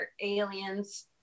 aliens